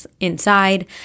inside